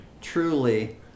truly